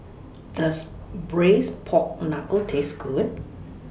Does Braised Pork Knuckle Taste Good